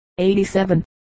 87